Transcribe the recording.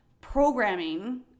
programming